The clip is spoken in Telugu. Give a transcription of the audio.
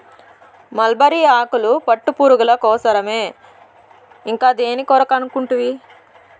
మల్బరీ ఆకులు పట్టుపురుగుల కోసరమే ఇంకా దేని కనుకుంటివి